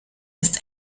ist